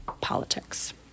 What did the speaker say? politics